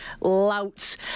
louts